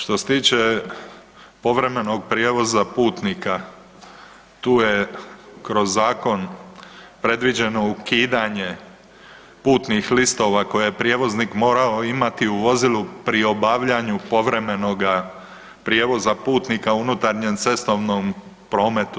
Što se tiče povremenog prijevoza putnika tu je kroz zakon predviđeno ukidanje putnih listova koje je prijevoznik morao imati u vozilu pri obavljanju povremenoga prijevoza putnika u unutarnjem cestovnom prometu.